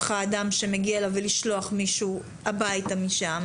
האדם שמגיע אליו ולשלוח מישהו הביתה משם